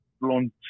blunt